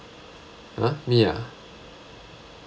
!huh! me ah